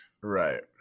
Right